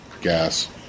gas